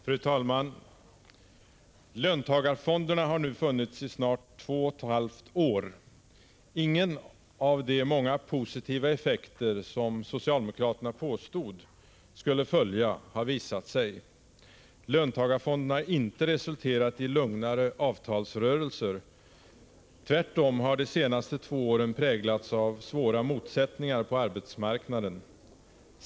Fru talman! Löntagarfonderna har nu funnits i snart två och ett halvt år. Ingen av de ”många positiva effekter” som socialdemokraterna påstod skulle följa har visat sig. Löntagarfonderna har inte resulterat i lugnare avtalsrörelser — tvärtom har de senaste två åren präglats av svåra motsättningar på arbetsmarknaden.